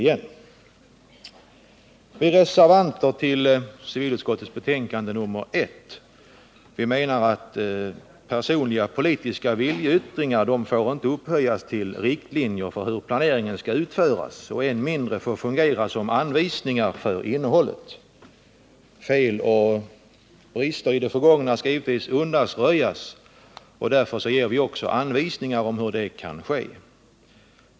Vi som reserverat oss i civilutskottets betänkande nr I menar att personliga politiska viljeyttringar inte får upphöjas till riktlinjer för hur planeringen skall utföras. Än mindre får de fungera som anvisningar när det gäller innehållet. Fel och brister i det förgångna skall givetvis undanröjas. Därför ger vi också anvisningar om hur det kan ske.